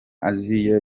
aziya